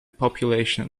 population